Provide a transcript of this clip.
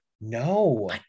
No